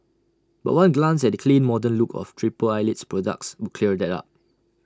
but one glance at the clean modern look of triple Eyelid's products would clear that up